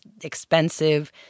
expensive